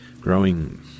Growing